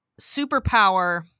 superpower